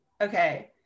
okay